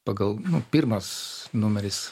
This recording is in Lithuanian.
pagal pirmas numeris